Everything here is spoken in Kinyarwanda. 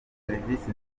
serivisi